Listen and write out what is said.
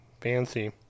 fancy